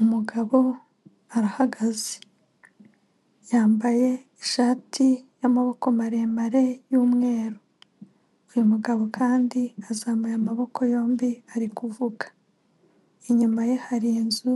Umugabo arahagaze yambaye ishati y'amaboko maremare y'umweru, uyu mugabo kandi azamuye amaboko yombi ari kuvuga inyuma ye hari inzu